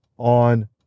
On